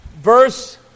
verse